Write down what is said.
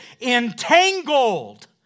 entangled